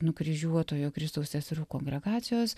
nukryžiuotojo kristaus seserų kongregacijos